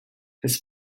his